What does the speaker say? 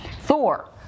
Thor